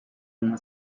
uma